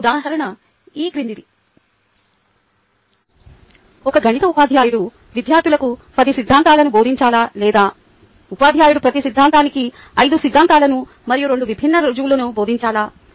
ఒక ఉదాహరణ ఈ క్రిందిది ఒక గణిత ఉపాధ్యాయుడు విద్యార్థులకు 10 సిద్ధాంతాలను బోధించాలా లేదా ఉపాధ్యాయుడు ప్రతి సిద్ధాంతానికి 5 సిద్ధాంతాలను మరియు 2 విభిన్న రుజువులను బోధించాలా